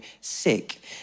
sick